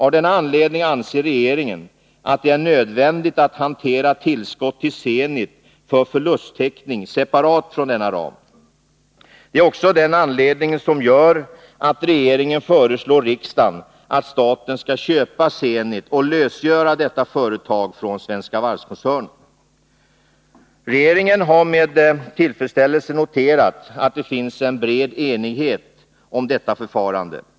Av denna anledning anser regeringen att det är nödvändigt att hantera tillskott till Zenit för förlusttäckning separat från denna ram. Det är också det som är anledningen till att regeringen föreslår riksdagen att staten skall köpa Zenit och lösgöra detta företag från Svenska Varv-koncernen. Regeringen har med tillfredsställelse noterat att det finns en bred enighet om detta förfarande.